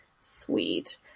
sweet